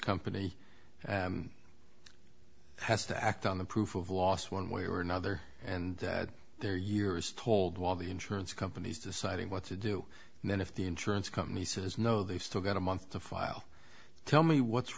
company has to act on the proof of loss one way or another and they're years told while the insurance company's deciding what to do and then if the insurance company says no they've still got a month to file tell me what's